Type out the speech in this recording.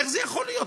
איך זה יכול להיות?